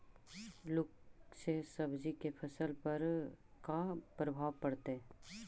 लुक से सब्जी के फसल पर का परभाव पड़तै?